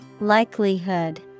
Likelihood